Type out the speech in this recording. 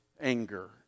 anger